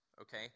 okay